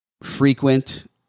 frequent